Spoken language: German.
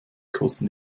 kosten